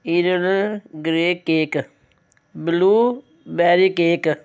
earl grey cake blueberry cake